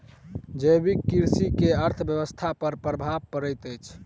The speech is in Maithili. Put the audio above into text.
जैविक कृषि के अर्थव्यवस्था पर प्रभाव पड़ैत अछि